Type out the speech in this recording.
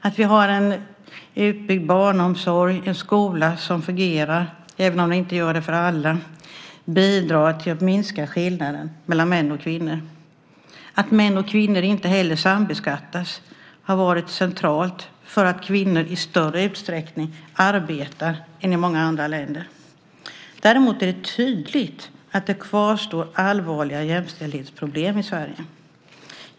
Att vi har en utbyggd barnomsorg och en skola som fungerar, även om den inte gör det för alla, bidrar till att minska skillnaderna mellan män och kvinnor. Att män och kvinnor inte heller sambeskattas har varit centralt för att kvinnor arbetar i större utsträckning än i många andra länder. Däremot är det tydligt att det kvarstår allvarliga jämställdhetsproblem i Sverige.